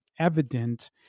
evident